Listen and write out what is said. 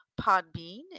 Podbean